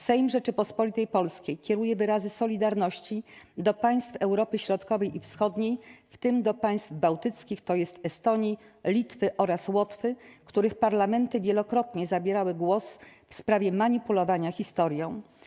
Sejm Rzeczypospolitej Polskiej kieruje wyrazy solidarności do państw Europy Środkowej i Wschodniej, w tym do państw bałtyckich, tj. Estonii, Litwy oraz Łotwy, których parlamenty wielokrotnie zabierały głos w sprawie manipulowania historią.